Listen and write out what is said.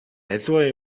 аливаа